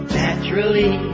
naturally